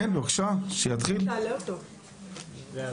קודם כל